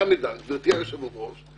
גברתי היושבת-ראש,